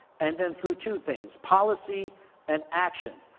and then, through two things, policy and action,